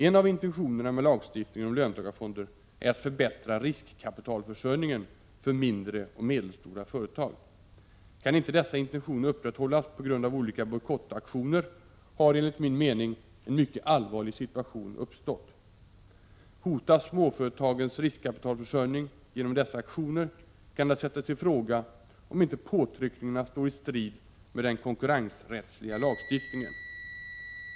En av intentionerna med lagstiftningen om löntagarfonder är att förbättra riskkapitalförsörjningen för mindre och medelstora företag. Kan inte dessa intentioner upprätthållas på grund av olika bojkottaktioner har enligt min mening en mycket allvarlig situation uppstått. Hotas småföretagens riskkapitalförsörjning genom dessa aktioner kan det sättas i fråga om inte påtryckningarna står i strid med den konkurrensrättsliga lagstiftningen.